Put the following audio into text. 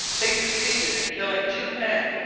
they succeeded in killing two men,